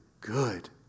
good